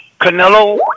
Canelo